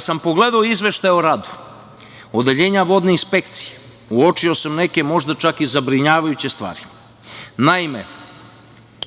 sam pogledao izveštaj o radu Odeljenja vodne inspekcije uočio sam neke možda čak i zabrinjavajuće stvari. Naime,